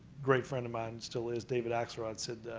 great friend of mine, still is, david axelrod said,